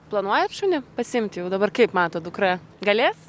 planuojat šunį pasiimti jau dabar kaip matot dukra galės